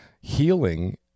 healing